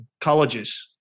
colleges